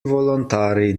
volontari